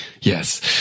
Yes